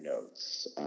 notes